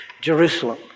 Jerusalem